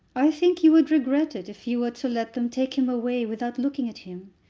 i think you would regret it if you were to let them take him away without looking at him.